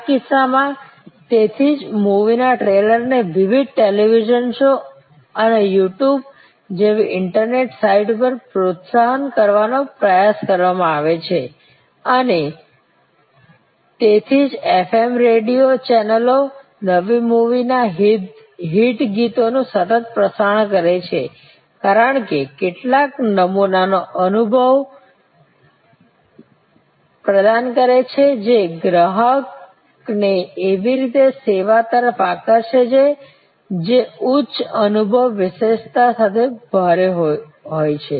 આ કિસ્સામાં તેથી જ મૂવીના ટ્રેલરને વિવિધ ટેલિવિઝન શો અને યૂ ટ્યૂબ જેવી ઇન્ટરનેટ સાઇટ્સ પર પ્રોત્સાહન કરવાનો પ્રયાસ કરવામાં આવે છે અને તેથી જ FM રેડિયો ચેનલો નવી મૂવીના હિટ ગીતોનું સતત પ્રસારણ કરે છે કારણ કે તે કેટલાક નમૂનાનો અનુભવ પ્રદાન કરે છે જે ગ્રાહકને એવી સેવા તરફ આકર્ષે છે જે ઉચ્ચ અનુભવ વિશેષતા સાથે ભારે હોય છે